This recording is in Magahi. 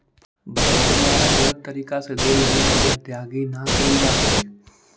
बैंक के द्वारा गलत तरीका से देल ऋण के अदायगी न कैल जा हइ